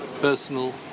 personal